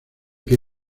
que